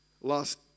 Last